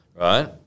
right